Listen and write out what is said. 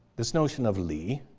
this notion of li,